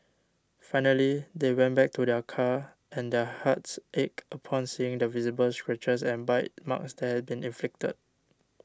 finally they went back to their car and their hearts ached upon seeing the visible scratches and bite marks that had been inflicted